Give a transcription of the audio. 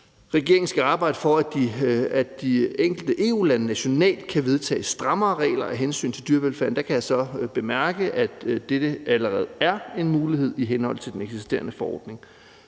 regeringen skal arbejde for, at de enkelte EU-lande nationalt kan vedtage strammere regler af hensyn til dyrevelfærden, kan jeg så bemærke, at dette allerede er en mulighed i henhold til den eksisterende forordning.